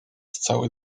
cały